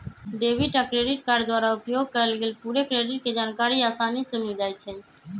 debit आ credit card द्वारा उपयोग कएल गेल पूरे क्रेडिट के जानकारी असानी से मिल जाइ छइ